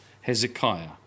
Hezekiah